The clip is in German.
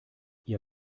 ihr